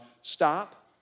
Stop